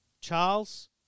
Charles